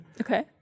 Okay